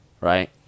right